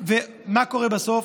ומה קורה בסוף?